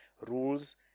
Rules